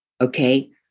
Okay